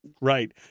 Right